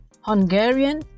Hungarian